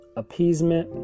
appeasement